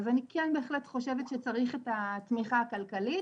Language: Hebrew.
אז אני כן בהחלט חושבת שצריך את התמיכה הכלכלית